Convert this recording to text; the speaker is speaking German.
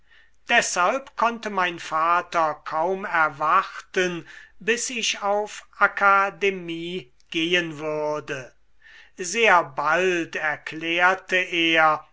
deshalb konnte mein vater kaum erwarten bis ich auf akademie gehen würde sehr bald erklärte er